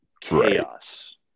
chaos